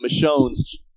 Michonne's